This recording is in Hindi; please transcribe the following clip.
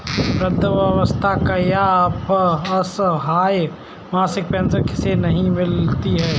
वृद्धावस्था या असहाय मासिक पेंशन किसे नहीं मिलती है?